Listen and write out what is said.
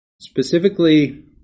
Specifically